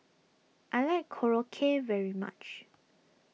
I like Korokke very much